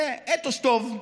זה אתוס טוב.